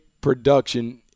production